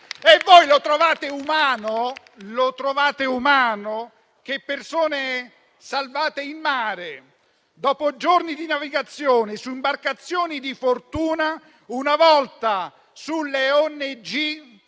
Voi trovate umano che persone salvate in mare, dopo giorni di navigazione su imbarcazioni di fortuna, una volta sulle navi